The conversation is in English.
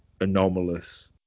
anomalous